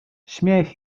śmiech